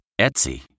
Etsy